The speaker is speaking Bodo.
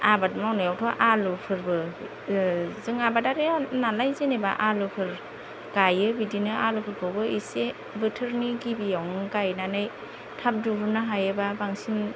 आबाद मावनायावथ आलुफोरबो जों आबादारिया नालाय जेनेबा आलुफोर गायो बिदिनो आलुफोरखौबो एसे बोथोरनि गिबियावनो गायनानै थाब दिहुननो हायोब्ला बांसिन